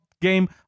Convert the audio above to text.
game